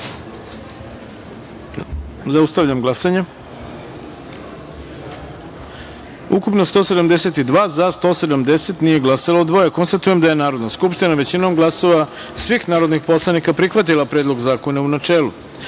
taster. Zaustavljam glasanje: Ukupno - 172, za – 170, nije glasalo dvoje. Konstatujem da je Narodna skupština većinom glasova svih narodnih poslanika, prihvatila Predlog zakona, u